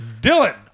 Dylan